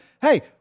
Hey